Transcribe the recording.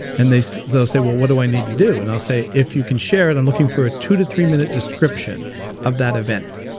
and so say, well what do i need to do? and i'll say, if you can share it i'm looking for a two to three minute description of that event.